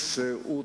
אדוני,